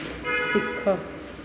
ଶିଖ